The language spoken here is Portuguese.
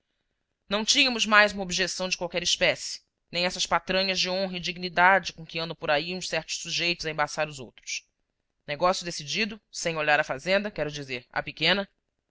não tínhamos mais objeção de qualquer espécie nem essas patranhas de honra e dignidade com que andam por aí uns certos sujeitos a embaçar os outros negócio decidido sem olhar à fazenda quero dizer à pequena